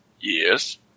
Yes